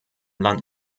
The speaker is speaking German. land